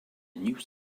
news